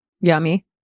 yummy